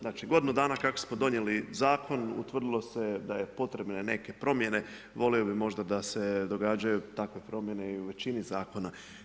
Znači, godinu dana kako smo donijeli Zakon, utvrdilo se je da je potrebne neke promjene, volio bih možda se događaju takve promjene i u većini zakona.